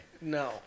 No